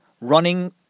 running